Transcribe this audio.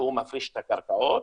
שהוא מפריש את הקרקעות,